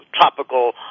tropical